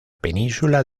península